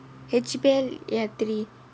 H_B_L ya three